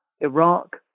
Iraq